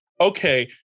okay